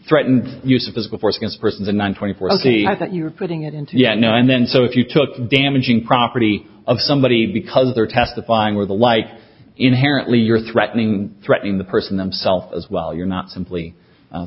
threatened use of physical force against person the one twenty four ok i thought you were putting it into you know and then so if you took damaging property of somebody because they're testifying or the like inherently you're threatening threatening the person themself as well you're not simply